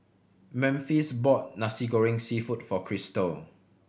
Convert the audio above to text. Memphis bought Nasi Goreng Seafood for Krystle